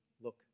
look